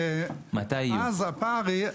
ואז הפער יעלה.